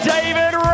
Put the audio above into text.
David